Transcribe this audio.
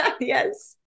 Yes